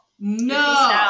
no